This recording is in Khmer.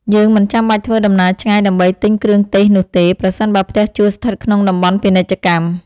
យើងមិនចាំបាច់ធ្វើដំណើរឆ្ងាយដើម្បីទិញគ្រឿងទេសនោះទេប្រសិនបើផ្ទះជួលស្ថិតក្នុងតំបន់ពាណិជ្ជកម្ម។